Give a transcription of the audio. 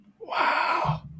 Wow